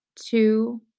two